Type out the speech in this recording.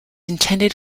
intended